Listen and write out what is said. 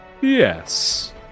Yes